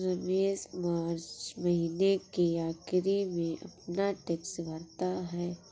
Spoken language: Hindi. रमेश मार्च महीने के आखिरी में अपना टैक्स भरता है